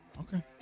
Okay